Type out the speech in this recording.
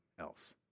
else